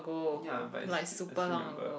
ya but is is remember